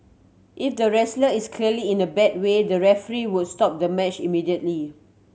if the wrestler is clearly in a bad way the referee will stop the match immediately